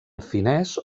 finès